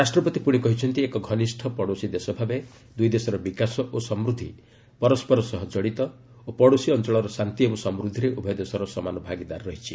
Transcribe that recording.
ରାଷ୍ଟ୍ରପତି ପୁଣି କହିଛନ୍ତି ଏକ ଘନିଷ୍ଠ ପଡ଼ୋଶୀ ଦେଶ ଭାବେ ଦୁଇଦେଶର ବିକାଶ ଓ ସମୃଦ୍ଧି ପରସ୍କର ସହ ଜଡ଼ିତ ଓ ପଡ଼ୋଶୀ ଅଞ୍ଚଳର ଶାନ୍ତି ଏବଂ ସମୃଦ୍ଧିରେ ଉଭୟ ଦେଶର ସମାନ ଭାଗିଦାରୀ ରହିଛି